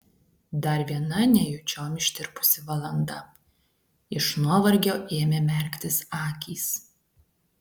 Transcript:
dar viena nejučiom ištirpusi valanda iš nuovargio ėmė merktis akys